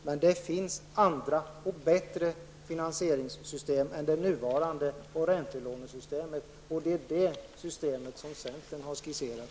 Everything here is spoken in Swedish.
Men det finns finansieringssystem som är bättre än det nuvarande och än räntelånesystemet, och det är ett sådant system centern har skisserat.